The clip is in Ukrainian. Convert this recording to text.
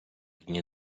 дні